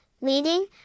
Leading